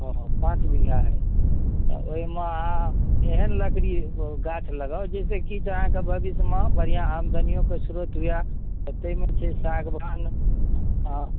ओ ओ पाँच बीघा अइ तऽ ओहिमे अहाँ एहन लकड़ी गाछ लगाउ जाहिसँ किछु अहाँके भविष्यमे बढ़िआँ आमदनिओके श्रोत हुए तऽ ताहिमे छै सागवान